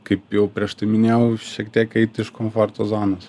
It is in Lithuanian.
kaip jau prieš tai minėjau šiek tiek eit iš komforto zonos